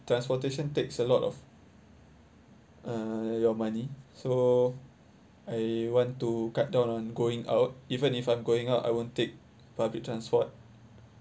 transportation takes a lot of uh your money so I want to cut down on going out even if I'm going out I won't take public transport